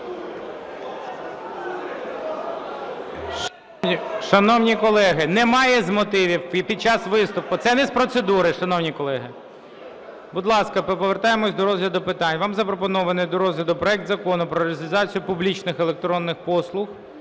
Шановні колеги, немає з мотивів під час виступу. Це не з процедури, шановні колеги. Будь ласка, повертаємось до розгляду питань. Вам запропонований до розгляду проект Закону про реалізацію публічних електронних послуг